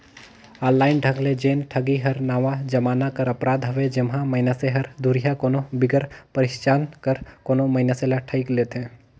online ढंग ले जेन ठगी हर नावा जमाना कर अपराध हवे जेम्हां मइनसे हर दुरिहां कोनो बिगर पहिचान कर कोनो मइनसे ल ठइग लेथे